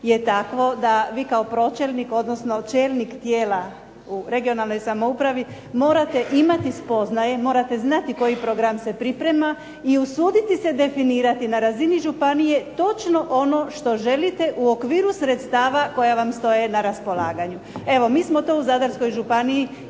je takvo da vi kao pročelnik, odnosno čelnik tijela u regionalnoj samoupravi, morate imati spoznaje, morate znati koji program se priprema i usuditi se definirati na razini županije točno ono što želite u okviru sredstava koja vam stoje na raspolaganju. Evo mi smo to u Zadarskoj županiji